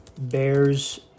Bears